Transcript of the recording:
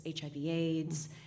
HIV-AIDS